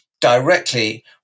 directly